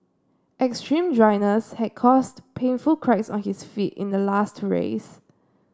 extreme dryness had caused painful cracks on his feet in the last race